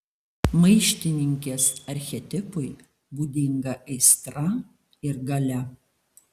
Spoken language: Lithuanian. maištininkės archetipui būdinga aistra ir galia